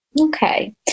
Okay